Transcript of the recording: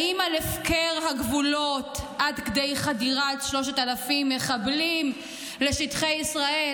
האם על הפקר הגבולות עד כדי חדירת 3,000 מחבלים לשטחי ישראל,